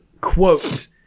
quote